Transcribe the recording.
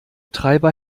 treiber